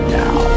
now